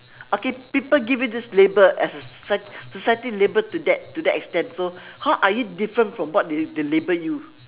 okay people give you this label as a s~ as a society label to that to that extent so how are you different from what they they labeled you